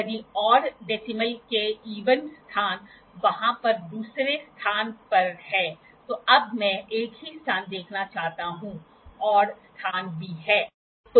यदि odd decimal के even स्थान वहाँ पर दूसरे स्थान पर हैं तो अब मैं एक ही स्थान देखना चाहता हूँ आडॅ स्थान भी हैं